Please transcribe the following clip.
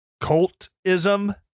cultism